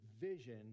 vision